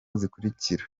zikurikira